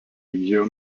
įgijo